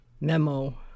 memo